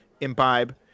imbibe